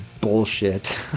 bullshit